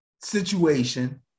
situation